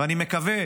ואני מקווה